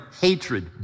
hatred